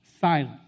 silent